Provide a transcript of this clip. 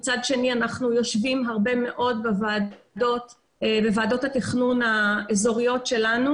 ומצד שני אנחנו יושבים הרבה מאוד בוועדות התכנון האזוריות שלנו